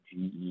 GE